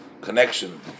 connection